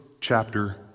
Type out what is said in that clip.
chapter